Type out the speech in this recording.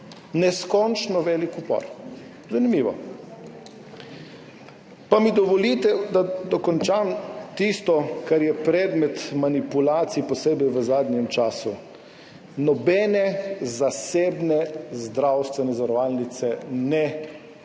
Neskončno velik upor. Zanimivo. Pa mi dovolite, da dokončam tisto, kar je predmet manipulacij, posebej v zadnjem času. Nobene zasebne zdravstvene zavarovalnice ne targetiramo,